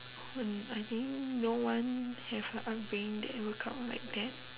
um I think no one have a upbringing that workout like that